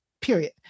Period